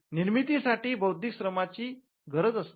निर्मिती साठी बौद्धिक श्रमाची गरज असते